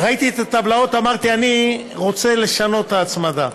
ראיתי את הטבלאות ואמרתי: אני רוצה לשנות את ההצמדה.